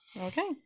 okay